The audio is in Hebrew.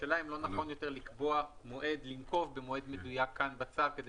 השאלה אם לא נכון לנקוב מועד מדויק כאן בצו כדי